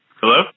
Hello